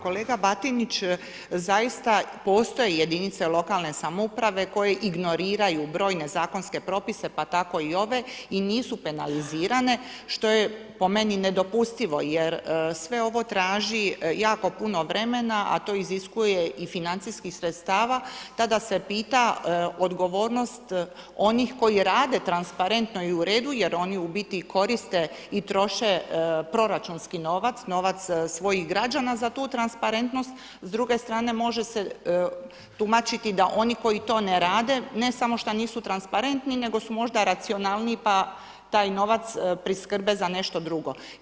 Kolega Batinić, zaista postoje jedinice lokalne samouprave, koje ignoriraju brojne zakonske propise, pa tko i ove i nisu penalizirane što je po meni nedopustivo, je sve ovo traži jako puno vremena a to iziskuje i financijskih sredstava, tada se pita odgovornost onih koji rade transparentno i uredu jer oni u biti koriste i troše proračunski novac, novac svojih građana za tu transparentnost, s druge strane može se tumačiti da oni koji to ne rade, ne samo da nisu transparentni nego su možda racionalniji pa taj novac priskrbe za nešto drugo.